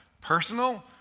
Personal